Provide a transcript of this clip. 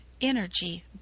energy